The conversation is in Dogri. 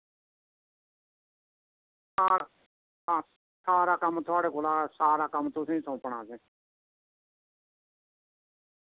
हां हां सारा कम्म थुआढ़े कोला सारा कम्म तुसेंगी सौंपना असें